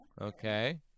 Okay